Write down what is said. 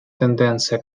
тенденция